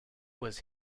was